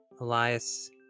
Elias